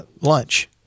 lunch